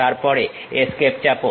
তারপরে এস্কেপ চাপো